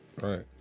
Right